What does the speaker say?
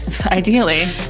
Ideally